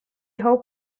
hoped